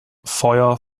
feuer